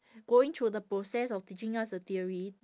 going through the process of teaching us the theory